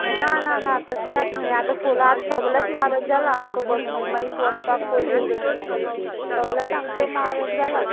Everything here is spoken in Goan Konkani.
ना ना ना तशें आतां आतां फुलात सोगलेच आतां म्हारग जाला आमकां बसीक मागीर पोसपाक पयशे जाय सोगलेच आमचे म्हारग जाला